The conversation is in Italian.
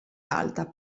alta